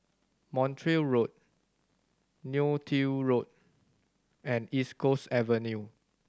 Montreal Road Neo Tiew Road and East Coast Avenue